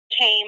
came